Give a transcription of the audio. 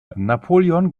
napoleon